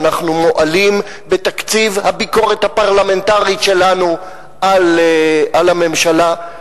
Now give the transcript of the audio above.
שאנחנו מועלים בתפקיד הביקורת הפרלמנטרית שלנו על הממשלה.